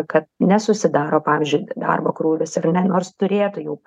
kad nesusidaro pavyzdžiui darbo krūvis ar ne nors turėtų jau